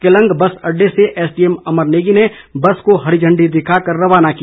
Keylong bus अडडे से SDM Amar Negi ने बस को हरी झण्डी दिखाकर रवाना किया